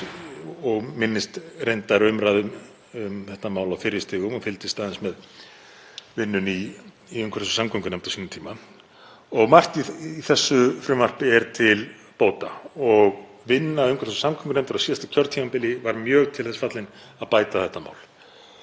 og minnist reyndar umræðu um þetta mál á fyrri stigum og fylgdist aðeins með vinnunni í umhverfis- og samgöngunefnd á sínum tíma. Margt í þessu frumvarpi er til bóta og vinna umhverfis- og samgöngunefndar á síðasta kjörtímabili var mjög til þess fallin að bæta þetta mál